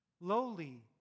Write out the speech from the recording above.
lowly